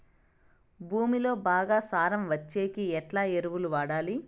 భూమిలో బాగా సారం వచ్చేకి ఎట్లా ఎరువులు వాడాలి?